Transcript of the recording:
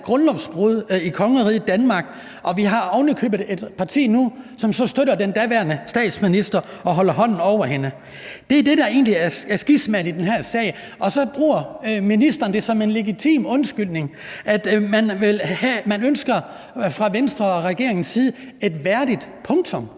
grundlovsbrud i kongeriget Danmark, og vi har ovenikøbet et parti nu, som så støtter den daværende statsminister og holder hånden over hende. Det er det, der egentlig er skismaet i den her sag, og så bruger ministeren det som en legitim undskyldning, at man fra Venstre og regeringens side ønsker et værdigt punktum.